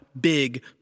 big